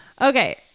Okay